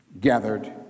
gathered